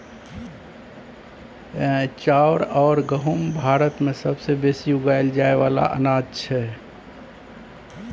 चाउर अउर गहुँम भारत मे सबसे बेसी उगाएल जाए वाला अनाज छै